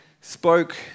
spoke